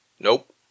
Nope